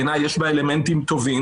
בעיניי יש בה אלמנטים טובים.